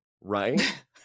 right